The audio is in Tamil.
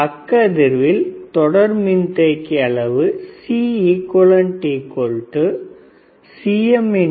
பக்க அதிர்வில் தொடர் மின்தேக்கி அளவு CeqCMCCMC 4